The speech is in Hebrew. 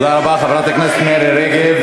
תודה רבה, חברת הכנסת מירי רגב.